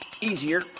easier